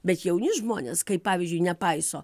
bet jauni žmonės kai pavyzdžiui nepaiso